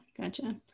gotcha